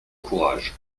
courage